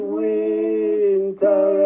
winter